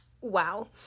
Wow